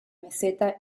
meseta